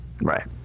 Right